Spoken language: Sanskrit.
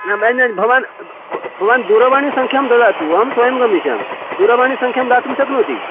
न भवान् ब् भवान् दूरवाणीसङ्ख्यां ददातु अहं स्वयं गमिष्यामि दूरवाणीसङ्ख्यां दातुं शक्नोति